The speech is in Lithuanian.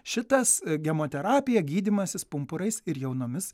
šitas gemoterapija gydymasis pumpurais ir jaunomis